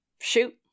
shoot